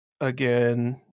again